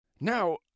Now